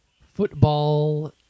football